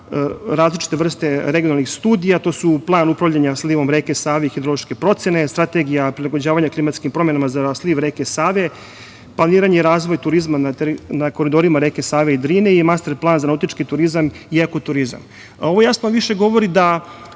različite vrste regionalnih studija, to su plan upravljanja slivom reke Save i hidrološke procene, strategija prilagođavanja klimatskim promenama za sliv reke Save, planiranje i razvoj turizma na koridorima reke Save i Drine i master plan za nautički turizam i ekoturizam. Ovo jasno više govori da